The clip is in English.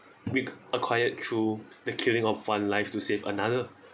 with acquired through the killing of one life to save another